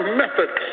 methods